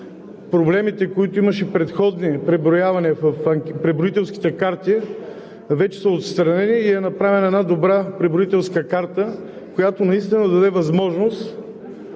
проблемите, които имаше в предходни преброявания в преброителските карти, вече са отстранени и е направена една добра преброителска карта, която наистина да даде възможност